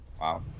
Wow